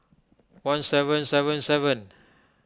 one seven seven seven